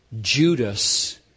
Judas